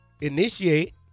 initiate